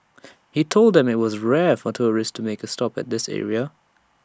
he told them that IT was rare for tourists to make A stop at this area